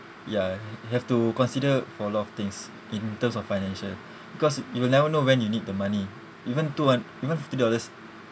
ya hav~ have to consider for a lot of things in terms of financial because you will never know when you need the money even two hund~ even fifty dollars